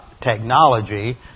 technology